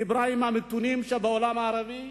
דיברה עם המתונים שבעולם הערבי,